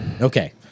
Okay